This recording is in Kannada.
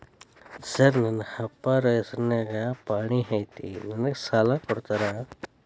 ಸರ್ ನನ್ನ ಅಪ್ಪಾರ ಹೆಸರಿನ್ಯಾಗ್ ಪಹಣಿ ಐತಿ ನನಗ ಸಾಲ ಕೊಡ್ತೇರಾ?